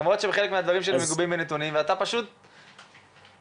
למרות שחלק מהדברים שלי מגובים בנתונים ואתה פשוט אומר אותם,